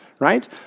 Right